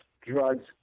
drugs